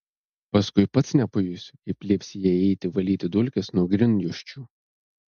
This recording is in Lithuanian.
paskui pats nepajusi kaip liepsi jai eiti valyti dulkes nuo grindjuosčių